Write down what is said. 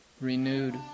renewed